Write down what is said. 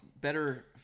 better